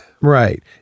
right